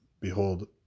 Behold